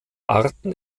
arten